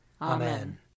Amen